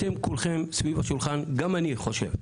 אתם כולכם סביב השולחן, גם אני חושב,